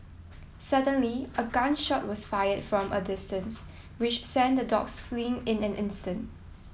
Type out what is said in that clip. suddenly a gun shot was fired from a distance which sent the dogs fleeing in an instant